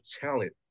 talent